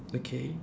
okay